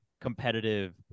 competitive